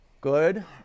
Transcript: Good